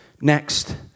Next